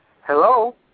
Hello